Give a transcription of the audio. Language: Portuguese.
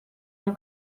tão